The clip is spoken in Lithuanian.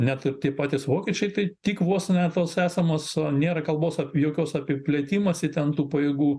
net ir tie patys vokiečiai taip tik vos ne tos esamos a nėra kalbos apie jokios apie plėtimąsi ten tų pajėgų